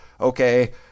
Okay